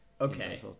Okay